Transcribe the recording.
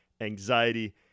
anxiety